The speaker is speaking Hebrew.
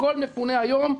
הכול מפונה היום,